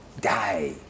Die